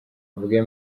avuge